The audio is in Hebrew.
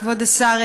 כבוד השר,